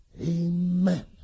Amen